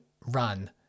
run